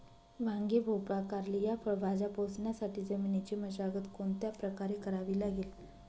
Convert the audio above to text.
वांगी, भोपळा, कारली या फळभाज्या पोसण्यासाठी जमिनीची मशागत कोणत्या प्रकारे करावी लागेल?